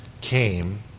came